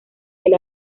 del